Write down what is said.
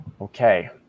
Okay